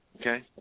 okay